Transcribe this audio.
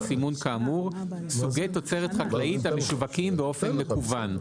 סימון כאמור סוגי תוצרת חקלאית המשווקים באופן מקוון.